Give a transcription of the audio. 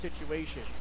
situation